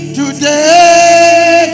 today